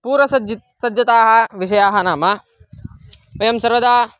पूर्वसिद्धता सज्जता सज्जताः विषयाः नाम वयं सर्वदा